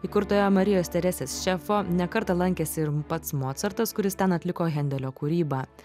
įkurtoje marijos teresės šefo ne kartą lankėsi ir pats mocartas kuris ten atliko hendelio kūrybą